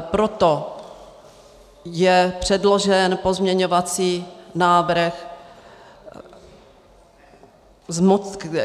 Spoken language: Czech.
Proto je předložen pozměňovací návrh,